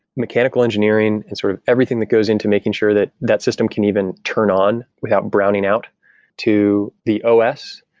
mechanical engineering and sort of everything that goes into making sure that that system can even turn on without browning out to the os.